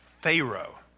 Pharaoh